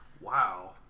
Wow